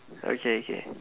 okay okay